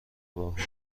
باهوش